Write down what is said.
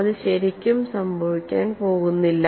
അത് ശരിക്കും സംഭവിക്കാൻ പോകുന്നില്ല